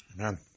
Amen